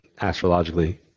astrologically